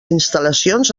instal·lacions